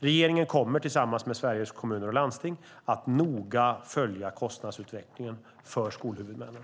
Regeringen kommer tillsammans med Sveriges Kommuner och Landsting att noga följa kostnadsutvecklingen för skolhuvudmännen.